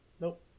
Nope